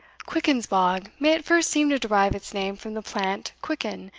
quickens-bog may at first seem to derive its name from the plant quicken,